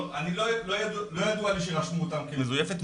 לא ידוע לי שרשמו אותם כמזויפות,